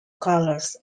colours